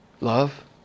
Love